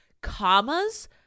commas